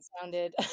sounded